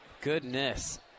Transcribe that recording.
Goodness